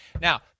Now